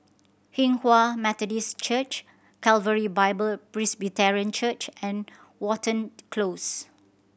Hinghwa Methodist Church Calvary Bible Presbyterian Church and Watten Close